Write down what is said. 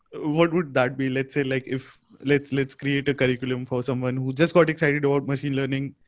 what would that be? let's say like if let's let's create a curriculum for someone who just got excited about machine learning,